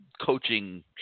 coaching